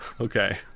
Okay